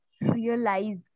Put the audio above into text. realize